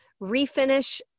refinish